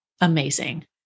amazing